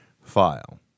file